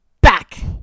back